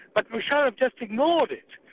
but musharaf just ignored it.